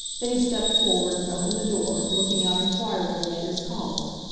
then he stepped forward and opened the door, looking out enquiringly at his caller.